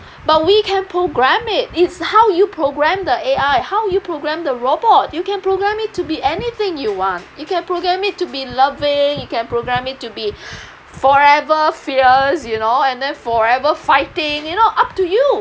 but we can program it it's how you program the A_I how you program the robot you can program it to be anything you want you can program it to be loving you can program it to be forever fierce you know and then forever fighting you know up to you